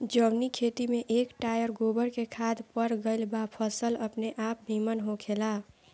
जवनी खेत में एक टायर गोबर के खाद पड़ गईल बा फसल अपनेआप निमन होखेला